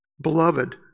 Beloved